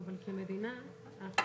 רפורמה,